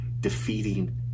defeating